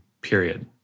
period